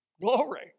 Glory